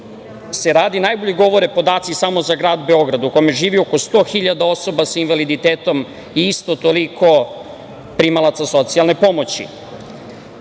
se radi najbolje govore podaci samo za grad Beograd u kome živi oko 100 hiljada osoba sa invaliditetom i isto toliko primalaca socijalne